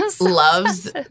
loves